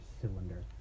cylinder